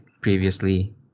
previously